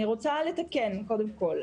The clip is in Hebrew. אני רוצה לתקן, קודם כול.